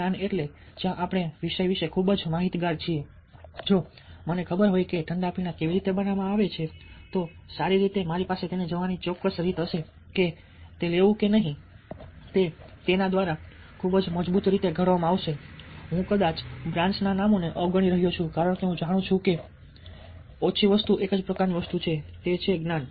જ્ઞાન એટલે જ્યાં આપણે વિષય વિશે ખૂબ જ માહિતગાર છીએ જો મને ખબર હોય કે ઠંડા પીણાં કેવી રીતે બનાવવામાં આવે છે તો સારી રીતે મારી પાસે તેને જોવાની ચોક્કસ રીત હશે કે તે લેવું કે નહીં તે તેના દ્વારા ખૂબ જ મજબૂત રીતે ઘડવામાં આવશે હું કદાચ બ્રાન્ડ્સના નામોને અવગણી રહ્યો છું કારણ કે હું જાણું છું કે વધુ કે ઓછી વસ્તુ એક જ પ્રકારની જ વસ્તુ છે તે છે જ્ઞાન